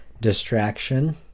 distraction